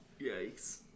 Yikes